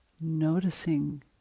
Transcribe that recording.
noticing